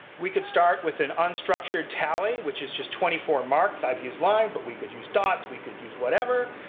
we could start with an unstructured tally, which is just twenty four marks. i've used lines, but we could use dots. we could use whatever.